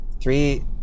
three